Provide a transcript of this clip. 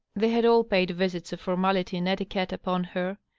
they had all paid visits of formality and etiquette upon her,